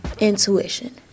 intuition